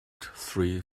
three